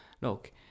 look